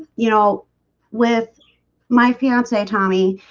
you know with my fiance tommy,